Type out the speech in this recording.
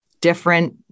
different